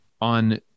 on